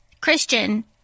Christian